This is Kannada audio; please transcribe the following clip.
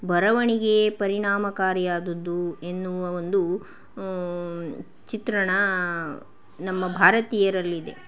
ಬರವಣಿಗೆಯೇ ಪರಿಣಾಮಕಾರಿಯಾದದ್ದು ಎನ್ನುವ ಒಂದು ಚಿತ್ರಣ ನಮ್ಮ ಭಾರತೀಯರಲ್ಲಿದೆ